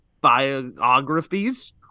biographies